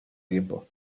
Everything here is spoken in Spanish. tiempo